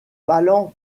talent